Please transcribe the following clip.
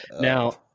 now